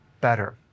better